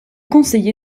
conseillé